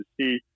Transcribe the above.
see